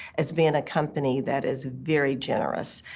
as being a company that is very generous.